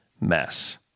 mess